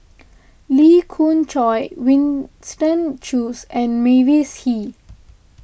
Lee Khoon Choy Winston Choos and Mavis Hee